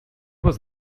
was